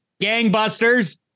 gangbusters